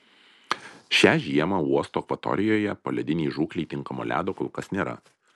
šią žiemą uosto akvatorijoje poledinei žūklei tinkamo ledo kol kas nėra